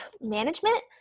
Management